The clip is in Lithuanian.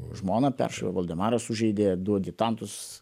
žmona peršovė voldemaras sužeidė du adjutantus